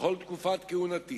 בכל תקופת כהונתי,